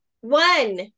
One